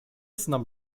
znam